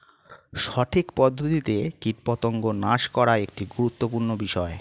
সঠিক পদ্ধতিতে কীটপতঙ্গ নাশ করা একটি গুরুত্বপূর্ণ বিষয়